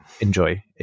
Enjoy